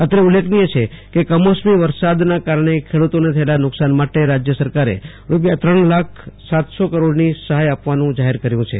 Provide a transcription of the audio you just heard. અત્રે ઉલ્લેખનીય છે કે કમોસમી વરસાદના કારણે ખેડૂતોને થયેલા નુકસાન માટે રાજ્ય સરકાર રૂપિયા ત્રણ લાખ સાતસો કરોડની સહાય આપવાનું જાહેર કર્યું છે